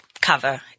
cover